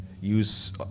use